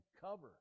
cover